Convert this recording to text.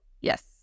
Yes